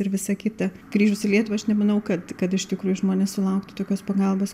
ir visa kita grįžus į lietuvą aš nemanau kad kad iš tikrųjų žmonės sulauktų tokios pagalbos